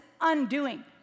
undoing